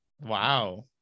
Wow